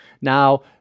Now